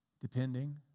depending